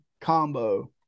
combo